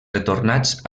retornats